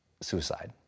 suicide